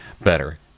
better